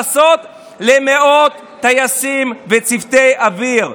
לעשות למאות טייסים וצוותי אוויר.